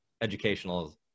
educational